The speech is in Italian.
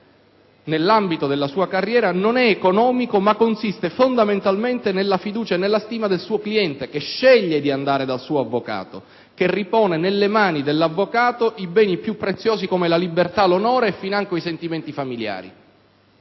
nell'ambito della sua carriera non è economico, ma consiste fondamentalmente nella fiducia e nella stima del suo cliente, che sceglie di andare dal suo avvocato riponendo nelle mani dello stesso i beni più preziosi come la libertà, l'onore e financo i sentimenti familiari.